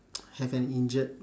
have an injured